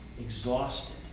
exhausted